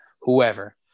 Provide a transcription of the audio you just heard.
Whoever